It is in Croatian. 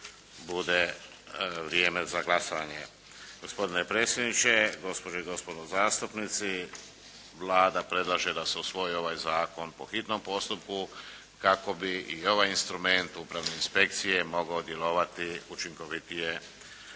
bude vrijeme za glasovanje. Gospodine predsjedniče, gospođe i gospodo zastupnici Vlada predlaže da se usvoji ovaj zakon po hitnom postupku kako bi i ovaj instrument upravne inspekcije mogao djelovati učinkovitije u